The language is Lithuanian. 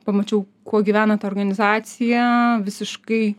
pamačiau kuo gyvena ta organizacija visiškai